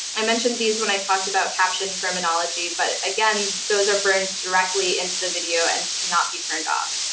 i mentioned these when i talked about caption terminology, but again those are burned directly into the video and cannot be turned off.